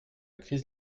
crise